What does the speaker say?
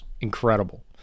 incredible